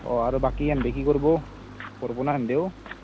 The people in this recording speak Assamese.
অঁ আৰু বাকী এনধে কি কৰিব কৰিবনে সেনটেওঁঁ